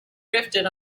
drifted